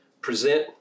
present